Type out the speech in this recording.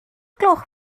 gloch